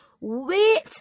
wait